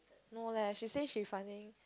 no leh she say she finding